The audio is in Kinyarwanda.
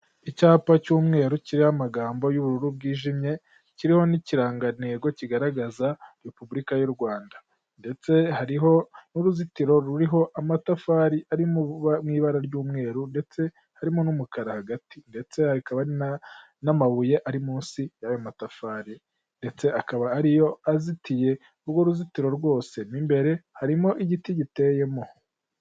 Icyapa cy'umweru kiriho amagambo y'ubururu bwijimye kiriho n'ikirangantego kigaragaza repubulika y'u Rwanda ndetse hariho n'uruzitiro ruriho amatafari ari mu ibara ry'umweru ndetse harimo n'umukara hagati ndetse hakaba n'amabuye ari munsi yayo matafari ndetse akaba ariyo azitiye urwo ruzitiro rwose n'imbere harimo igiti giteyemo.